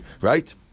right